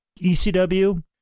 ECW